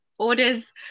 Orders